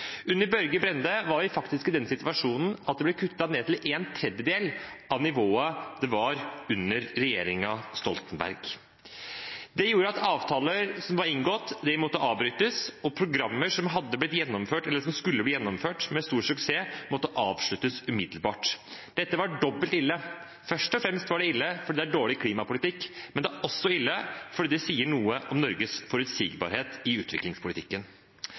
Under Børge Brende var vi faktisk i den situasjonen at det ble kuttet ned til en tredjedel av nivået det var på under regjeringen Stoltenberg. Det gjorde at avtaler som var inngått, måtte avbrytes, og programmer som skulle bli gjennomført med stor suksess, måtte avsluttes umiddelbart. Dette var dobbelt ille. Først og fremst var det ille fordi det er dårlig klimapolitikk, men det er også ille fordi det sier noe om Norges forutsigbarhet i utviklingspolitikken.